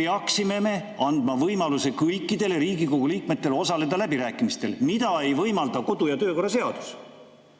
peaksime me andma võimaluse kõikidele Riigikogu liikmetele osaleda läbirääkimistel, mida ei võimalda kodu- ja töökorra seadus.